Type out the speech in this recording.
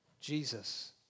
Jesus